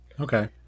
Okay